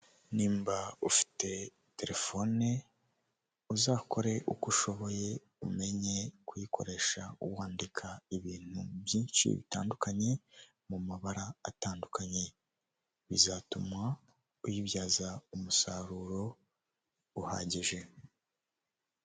Nimba ufite telefone uzakore uko ushoboye umenye kuyikoresha wandika ibintu byinshi bitandukanye mu mabara atandukanye bizatuma uyibyaza umusaruro uhagije.